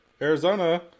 Arizona